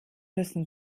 müssen